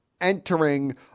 entering